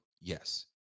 Yes